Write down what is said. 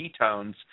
ketones